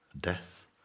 Death